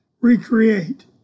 recreate